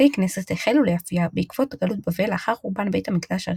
בתי כנסת החלו להופיע בעקבות גלות בבל לאחר חורבן בית המקדש הראשון,